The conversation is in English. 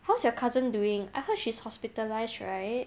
how's your cousin doing I heard she's hospitalised right